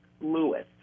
Lewis